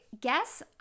guess